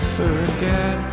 forget